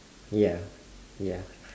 ya ya